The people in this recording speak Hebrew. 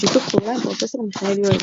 בשיתוף פעולה עם פרופסור מיכאל יואלי.